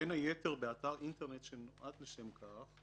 "בין היתר באתר אינטרנט שנועד לשם כך",